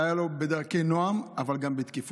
היו לו דרכי נועם, אבל גם תקיפות.